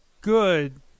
good